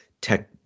tech